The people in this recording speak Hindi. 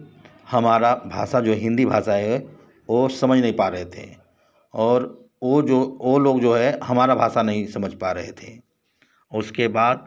हमारा भाषा जो हिंदी भाषा है वह समझ नहीं पा रहे थे और वह जो वे लोग जो हैं हमारा भाषा नहीं समझ पा रहे थे उसके बाद